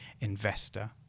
investor